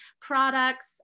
products